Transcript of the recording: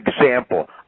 example